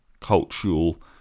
cultural